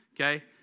Okay